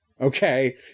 Okay